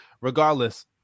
regardless